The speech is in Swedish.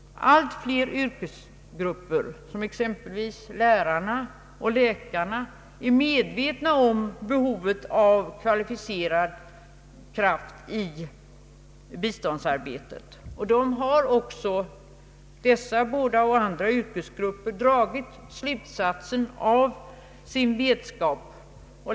Allt fler yrkesgrupper, exempelvis lärarna och läkarna, är medvetna om behovet av kvalificerad kraft i biståndsarbetet. Dessa båda och andra yrkesgrupper har också dragit siutsatsen av sin vetskap.